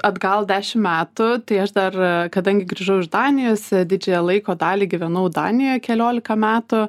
atgal dešim metų tai aš dar kadangi grįžau iš danijos didžiąją laiko dalį gyvenau danijoj keliolika metų